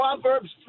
Proverbs